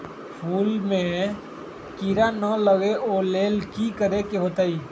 फूल में किरा ना लगे ओ लेल कि करे के होतई?